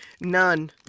None